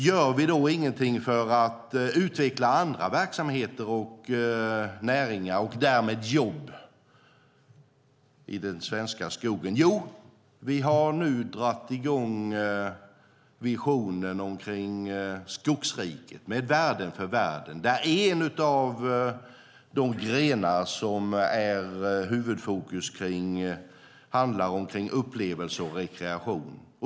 Gör vi då inget för att utveckla andra verksamheter och näringar och därmed jobb i den svenska skogen? Jo, vi har dragit i gång visionen Skogsriket - med värden för världen. En av de grenar som står i fokus handlar om upplevelse och rekreation.